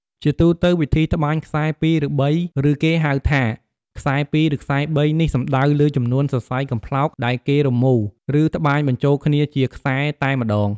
ជាទូទៅវិធីត្បាញខ្សែរ ២ ឬ ៣ ឬគេហៅថា ខ្សែ២ ឬ ខ្សែ៣ នេះសំដៅលើចំនួនសរសៃកំប្លោកដែលគេរមូរ ឬត្បាញបញ្ចូលគ្នាជាខ្សែតែម្ដង។